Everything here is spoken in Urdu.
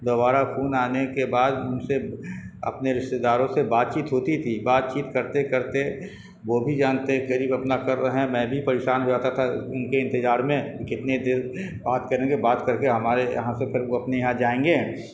دوبارہ فون آنے کے بعد ان سے اپنے رشتے داروں سے بات چیت ہوتی تھی بات چیت کرتے کرتے وہ بھی جانتے قریب اپنا کر رہے میں بھی پریشان ہو جاتا تھا ان کے انتظار میں کتنے دیر بات کریں گے بات کر کے ہمارے یہاں سے پھر وہ اپنے یہاں جائیں گے